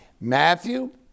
matthew